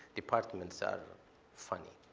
departments are funny.